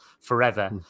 forever